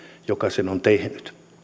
joka sen on tehnyt